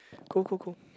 cool cool cool